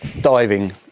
diving